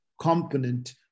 component